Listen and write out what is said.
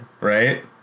right